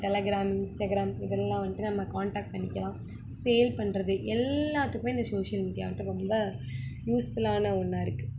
Telegram Instagram இதெல்லாம் வந்துட்டு நம்ம காண்டாக்ட் பண்ணிக்கலாம் சேல் பண்ணுறது எல்லாத்துக்குமே இந்த சோஷியல் மீடியா வந்துட்டு ரொம்ப யூஸ்ஃபுல்லான ஒன்னாக இருக்குது